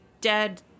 Dead